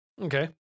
Okay